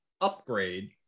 upgrade